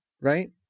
right